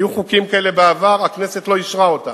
היו חוקים כאלה בעבר, והכנסת לא אישרה אותם.